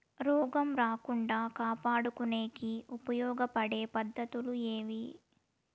రోగం రాకుండా కాపాడుకునేకి ఉపయోగపడే పద్ధతులు ఏవి?